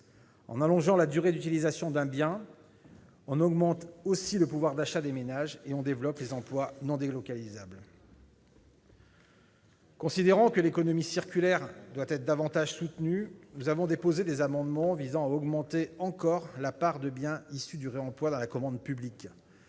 En allongeant la durée d'utilisation d'un bien, on augmente aussi le pouvoir d'achat des ménages et on développe les emplois non délocalisables. Considérant que l'économie circulaire doit être davantage soutenue, nous avons déposé des amendements visant à augmenter encore la part de biens issus du réemploi dans la commande publique